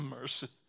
mercy